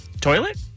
Toilet